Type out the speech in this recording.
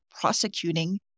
prosecuting